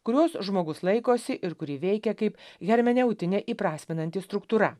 kurios žmogus laikosi ir kuri veikia kaip hermeneutinė įprasminanti struktūra